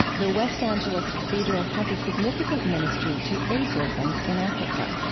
the west angeles cathedral has a significant ministry to aids orphans in africa.